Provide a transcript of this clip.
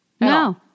No